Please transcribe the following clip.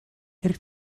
ирэх